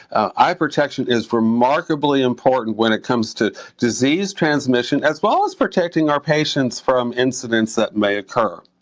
eye protection is remarkably important when it comes to disease transmission as well as protecting our patients from incidents that may occur.